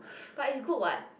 but is good what